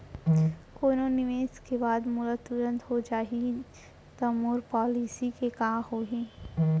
कोनो निवेश के बाद मोला तुरंत हो जाही ता मोर पॉलिसी के का होही?